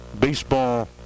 baseball